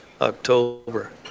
October